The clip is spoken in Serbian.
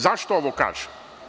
Zašto ovo kažem?